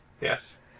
Yes